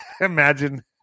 imagine